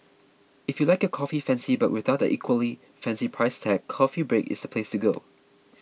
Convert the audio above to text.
if you like your coffee fancy but without the equally fancy price tag Coffee Break is the place to go